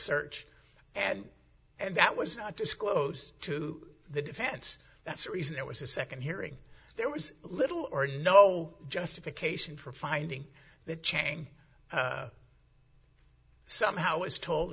search and and that was not disclosed to the defense that's the reason there was a second hearing there was little or no justification for finding the chain somehow is told